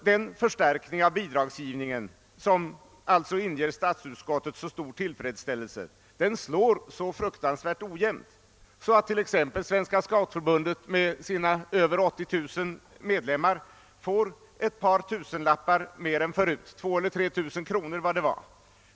Den förstärkning av bidragsgivningen som alltså inger statsutskottet så stor tillfredsställelse slår så fruktansvärt ojämnt att t.ex. Svenska scoutförbundet med sina över 80000 medlemmar inte får mera än ett par tusenlappar mer än förut.